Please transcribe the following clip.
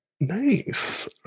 Nice